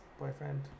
boyfriend